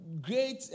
great